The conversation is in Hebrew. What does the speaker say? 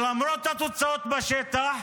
למרות התוצאות בשטח,